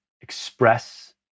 express